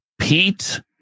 Pete